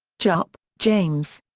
jupp, james.